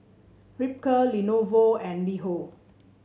Ripcurl Lenovo and LiHo